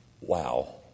Wow